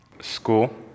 School